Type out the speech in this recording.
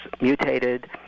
mutated